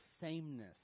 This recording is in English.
sameness